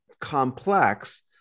complex